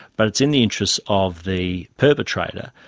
but it's in the interests of the perpetrator,